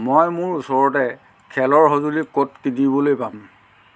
মই মোৰ ওচৰতে খেলৰ সঁজুলি ক'ত কিনিবলৈ পাম